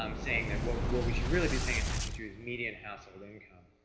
um saying that what what we should really be paying attention to is media and household income,